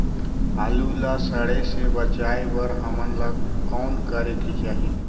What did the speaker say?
आलू ला सड़े से बचाये बर हमन ला कौन करेके चाही?